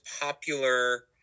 popular